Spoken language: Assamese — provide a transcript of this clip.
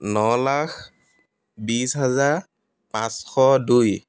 ন লাখ বিশ হাজাৰ পাঁচশ দুই